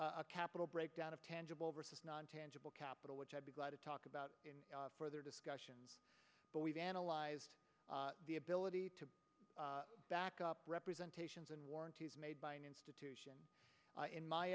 is a capital breakdown of tangible versus non tangible capital which i'd be glad to talk about in further discussions but we've analyzed the ability to back up representations and warranties made by an institution in my